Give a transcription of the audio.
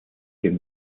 can